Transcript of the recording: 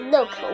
Look